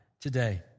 today